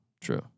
true